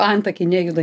antakiai nejuda